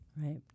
Right